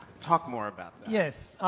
talk more about that. yes,